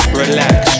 relax